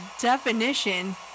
definition